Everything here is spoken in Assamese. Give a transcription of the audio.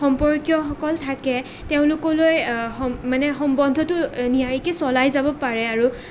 সম্পৰ্কীয়সকল থাকে তেওঁলোকলৈ মানে সম্বন্ধটো নিয়াৰিকৈ চলাই যাব পাৰে আৰু